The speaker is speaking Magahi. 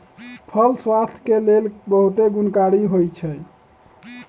फल स्वास्थ्य के लेल बहुते गुणकारी होइ छइ